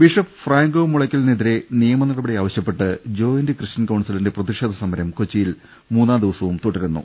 bishop Franco മുളയ്ക്കലിനെതിരെ നിയമ നടപടി ആവശ്യപ്പെട്ട് ജോയിന്റ് ക്രിസ്റ്റ്യൻ കൌൺസിലിന്റെ പ്രതിഷേധ സമരം കൊച്ചിയിൽ മൂന്നാം ദിവസവും തുടരുന്നു